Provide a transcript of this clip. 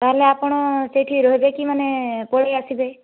ତା'ହେଲେ ଆପଣ ସେଇଠି ରହିବେ କି ମାନେ ପଳେଇ ଆସିବେ